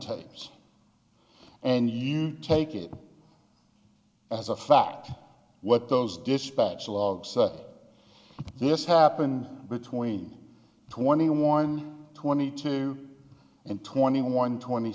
tapes and you take it as a fact what those dispatch logs this happened between twenty one twenty two and twenty one twenty